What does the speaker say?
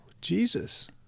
Jesus